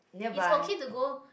it's okay to go